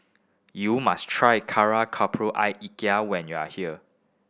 you must try kari when you are here